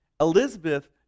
Elizabeth